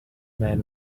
man